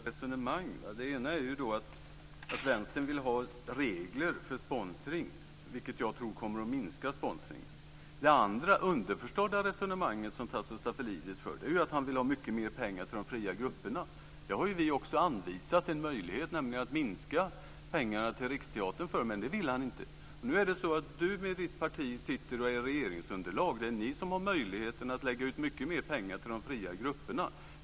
Herr talman! Det är två olika resonemang. Det ena är att Vänstern vill ha regler för sponsring, vilket jag tror kommer att minska sponsringen. Det andra, underförstådda resonemanget som Tasso Stafilidis för är att han vill ha mycket mer pengar till de fria grupperna. Här har vi ju också anvisat en möjlighet, nämligen att minska anslaget till Riksteatern. Men det vill han inte. Nu är det så att Tasso Stafilidis och hans parti utgör regeringsunderlag. Det är ni som har möjlighet att lägga ut mycket mer pengar till de fria grupperna.